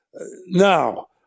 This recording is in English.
now